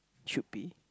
should be